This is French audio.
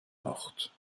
mortes